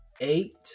eight